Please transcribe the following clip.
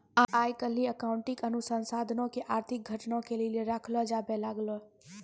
आइ काल्हि अकाउंटिंग अनुसन्धानो के आर्थिक घटना के लेली रखलो जाबै लागलै